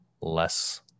less